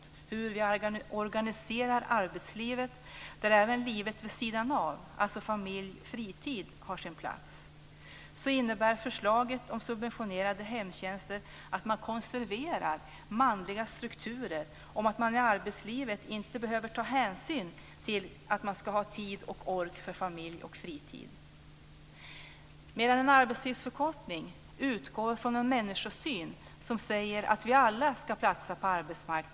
Det handlar om hur vi organiserar ett arbetsliv där även livet vid sidan av, dvs. familj och fritid har sin plats. Förslaget om subventionerade hemtjänster innebär att man konserverar manliga strukturer om att man i arbetslivet inte behöver ta hänsyn till att man ska ha tid och ork för familj och fritid. En arbetstidsförkortning utgår från en människosyn som säger att vi alla ska platsa på arbetsmarknaden.